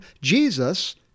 Jesus